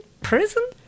prison